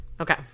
Okay